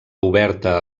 oberta